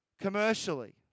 commercially